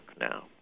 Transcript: now